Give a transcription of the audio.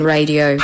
Radio